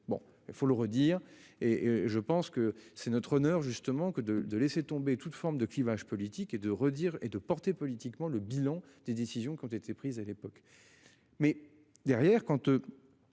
bon il faut le redire. Et je pense que c'est notre honneur justement que de de laisser tomber toute forme de clivages politiques et de redire et de porter politiquement le bilan des décisions qui ont été prises à l'époque.